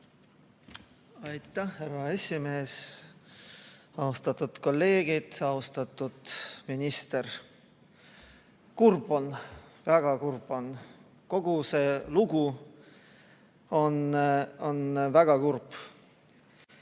Aitäh! Härra esimees! Austatud kolleegid! Austatud minister! Kurb on. Väga kurb on! Kogu see lugu on väga kurb.